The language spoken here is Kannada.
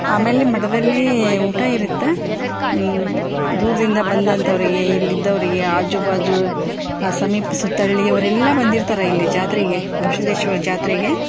ಆಮೇಲೆ ನಿಮ್ಮ ಮಠದಲ್ಲಿ ಊಟ ಇರುತ್ತ ದೂರದಿಂದ ಬಂದಂಥವ್ರಿಗೆ ಇಲ್ಲಿದ್ದವ್ರಿಗೆ ಆಜುಬಾಜು ಸಮೀಪ ಸುತ್ತ ಹಳ್ಳಿಯವ್ರು ಎಲ್ಲ ಬಂದಿರ್ತಾರೆ ಇಲ್ಲಿ ಜಾತ್ರೆಗೆ ಗವಿಸಿದ್ಧೇಶ್ವರ ಜಾತ್ರೆಗೆ